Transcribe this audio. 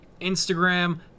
Instagram